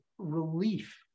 Relief